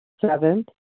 Seventh